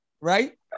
right